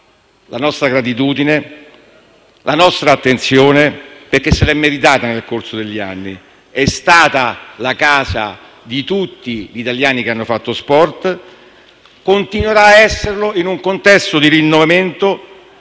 la nostra gratitudine e la nostra attenzione perché se l'è meritata nel corso degli anni. È stata la casa di tutti gli italiani che hanno fatto sport e continuerà a esserlo, in un contesto di rinnovamento